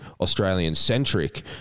Australian-centric